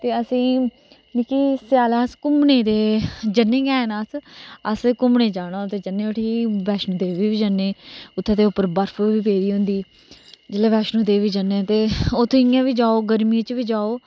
ते असेंगी मिकी स्याले अस घूमने गी ते जन्नें गै हा अस असें घूमने जाना होऐ ते जन्ने उठी वैष्णो देवी बी जन्ने उठी उत्थै ते उप्पर बर्फ बी पेदी होंदी जेल्लै वैष्णो देवी जन्ने ते उत्थै इयां बी जाओ गर्मियें च बी जाओ